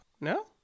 No